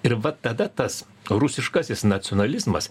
ir va tada tas rusiškasis nacionalizmas